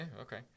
Okay